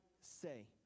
say